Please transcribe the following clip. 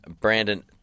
Brandon